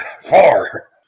four